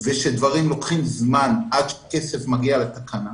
ושדברים לוקחים זמן עד שכסף מגיע לתקנה,